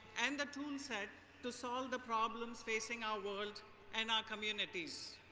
and the toolset to solve the problems facing our world and our communities.